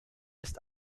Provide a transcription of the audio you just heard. ist